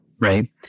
Right